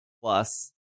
Plus